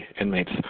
inmates